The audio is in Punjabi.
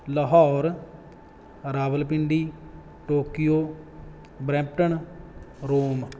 Lahore Rawalpindi Tokyo Brampton Rome